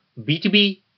B2B